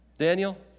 Daniel